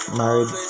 married